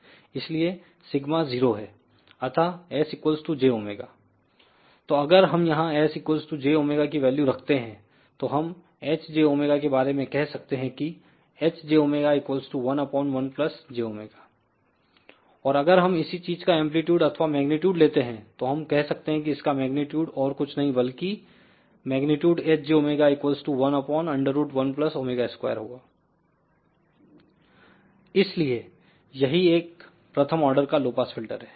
इसलिए सिग्मा 0 है अतः s jω तो अगर हम यहां s jω की वैल्यू रखते हैं तो हम Hjω के बारे में कह सकते हैं कि Hjω11jω और अगर हम इसी चीज का एंप्लीट्यूड अथवा मेग्नीट्यूड लेते हैं तो हम कह सकते हैं इसका मेग्नीट्यूड और कुछ नहीं बल्कि Hjω112 इसलिए यही एक प्रथम ऑर्डर का लो पास फिल्टर है